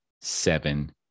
seven